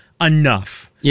enough